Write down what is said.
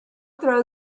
throw